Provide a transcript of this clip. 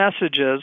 messages